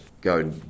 go